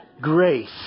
Grace